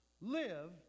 live